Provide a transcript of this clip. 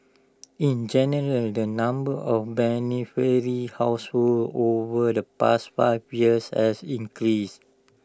in general the number of beneficiary households over the past five years has increased